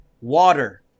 Water